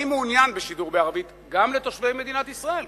אני מעוניין בשידור בערבית גם לתושבי מדינת ישראל,